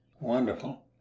wonderful